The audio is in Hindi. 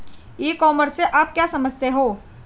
ई कॉमर्स से आप क्या समझते हो?